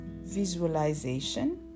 visualization